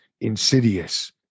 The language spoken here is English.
insidious